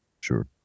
sure